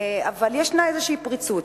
אבל ישנה איזושהי פריצות,